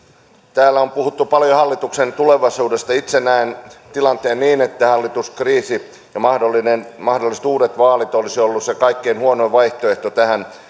täällä on puhuttu paljon hallituksen tulevaisuudesta itse näen tilanteen niin että hallituskriisi ja mahdolliset uudet vaalit olisivat olleet se kaikkein huonoin vaihtoehto tähän